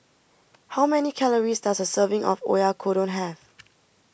how many calories does a serving of Oyakodon have